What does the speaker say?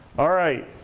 alright,